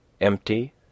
empty